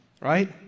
Right